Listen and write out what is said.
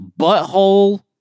Butthole